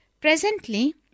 Presently